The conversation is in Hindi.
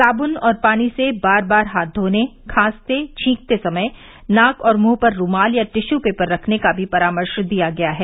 साबून और पानी से बार बार हाथ धोने तथा खांसते छींकते समय नाक और मुंह पर रुमाल या टिश् पेपर रखने का भी परामर्श दिया गया है